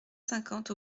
cinquante